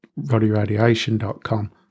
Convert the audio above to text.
roddyradiation.com